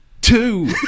Two